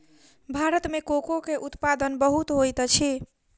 भारत में कोको के उत्पादन बहुत होइत अछि